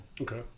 Okay